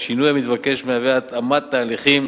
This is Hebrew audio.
השינוי המתבקש מהווה התאמת תהליכים